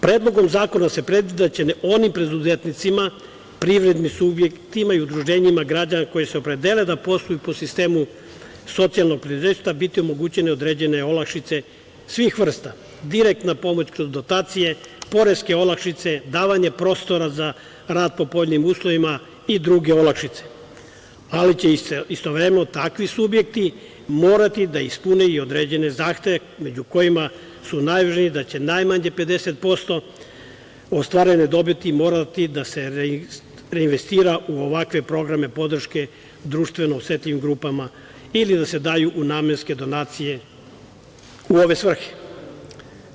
Predlogom zakona se predviđa da će onim preduzetnicima, privrednim subjektima i udruženjima građana koji se opredele da posluju po sistemu socijalnog preduzetništva biti omogućene određene olakšice svih vrsta – direktna pomoć kroz dotacije, poreske olakšice, davanje prostora za rad po povoljnim uslovima i druge olakšice, ali će istovremeno takvi morati da ispune i određene zahteve, među kojima su najvažniji da će najmanje 50% ostvarene dobiti morati da se reinvestira u ovakve programe podrške društveno osetljivim grupama ili da se daju u namenske donacije u ove svrhe.